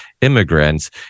immigrants